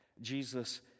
Jesus